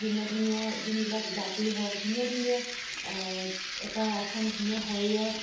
ধুনীয়া ধুনীয়া যোনবিলাক জাপি হওক ধুনীয়া ধুনীয়া এটা এখন ধুনীয়া সৰিয়হ